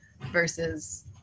versus